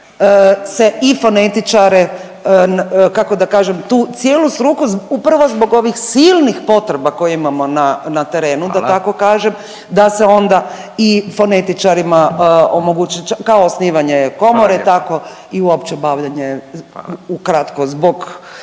se i fonetičare, kako da kažem, tu cijelu struku upravo zbog ovih silnih potreba koje imamo na, na terenu da tako kažem, da se onda i fonetičarima omogući kako osnivanje komore tako i uopće bavljenje ukratko zbog